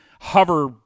hover